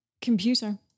Computer